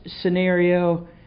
scenario